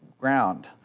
ground